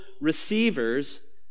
receivers